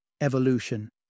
evolution